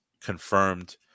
confirmed